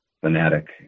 fanatic